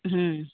ᱦᱩᱸ